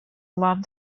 love